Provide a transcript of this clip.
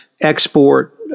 export